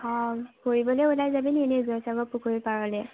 অ ফুৰিবলৈ ওলাই যাবিনি ইনেই জয়সাগৰৰ পুখুৰীৰ পাৰলৈ